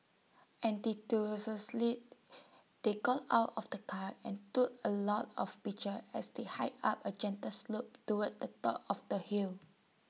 enthusiastically they got out of the car and took A lot of pictures as they hiked up A gentle slope towards the top of the hill